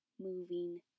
moving